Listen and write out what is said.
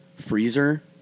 freezer